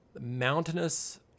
mountainous